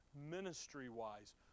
ministry-wise